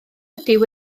ydyw